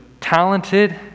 talented